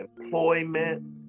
employment